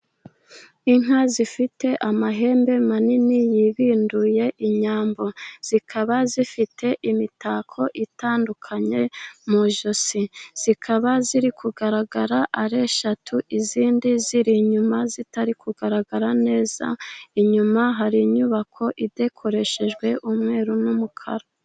Inka zifite amahembe manini yibinduye, inyambo. Zikaba zifite imitako itandukanye mu ijosi, zikaba ziri kugaragara ari eshatu, izindi ziri inyuma zitari kugaragara neza, inyuma hari inyubako idekoreshejwe umweru n'umukara.